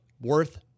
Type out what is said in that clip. worth